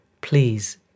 please